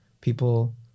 People